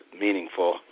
meaningful